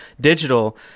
digital